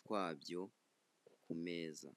twabyo kumeza.